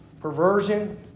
perversion